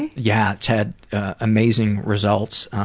and yeah it's had amazing results,